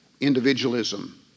individualism